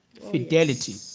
fidelity